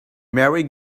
merry